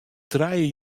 trije